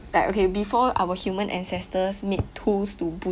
like okay before our human ancestors need tools to but~